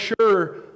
sure